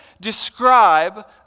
describe